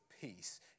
peace